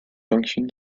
function